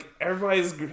everybody's